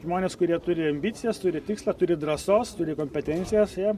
žmonės kurie turi ambicijas turi tikslą turi drąsos turi kompetencijos jie